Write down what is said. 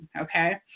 okay